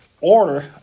order